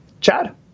Chad